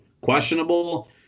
questionable